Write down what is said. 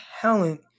talent